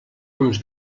uns